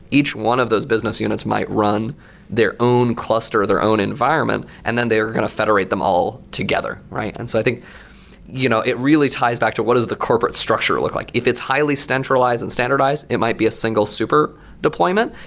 each one of those business units might run their own clusters, their own environment, and then they're going to federate them all together. and so i think you know it really ties back to what is the corporate structure look like. if it's highly centralized and standardized, it might be a single super deployment.